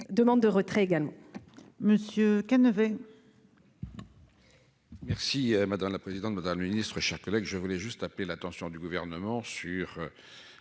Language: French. demande de retrait également.